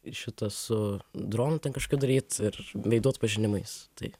šitą su dronu ten kažkokiu daryt ir veidų atpažinimais tai